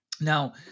Now